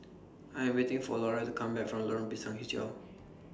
I Am waiting For Laura to Come Back from Lorong Pisang Hijau